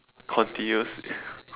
continuously